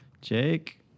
Jake